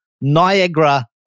Niagara